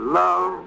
love